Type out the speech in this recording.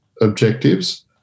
objectives